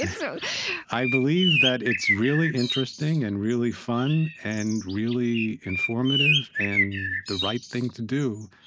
and so i believe that it's really interesting and really fun and really informative, and the right thing to do,